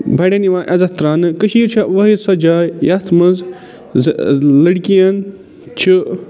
بَڑیٚن یِوان عزت تراونہٕ کٔشیٖر چھےٚ وٲحِد سۄ جاے یَتھ منٛز زٕ لٔڑکِیَن چھِ